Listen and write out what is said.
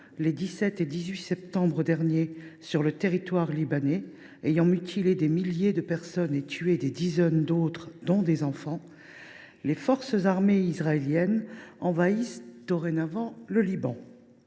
les 17 et 18 septembre derniers, deux attentats ayant mutilé des milliers de personnes et tué des dizaines d’autres, dont des enfants, les forces armées israéliennes envahissent dorénavant le Liban.